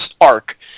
arc